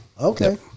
Okay